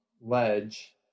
ledge